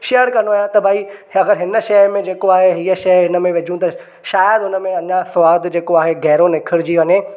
share कंदो आहियां त भाई अगरि हिन शइ में जेको आहे हीअ शइ हिन में विझूं त शायदि हुन में अञा सवादु जेको आहे गहिरो निखरिजी वञे